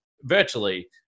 virtually